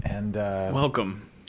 Welcome